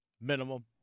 Minimum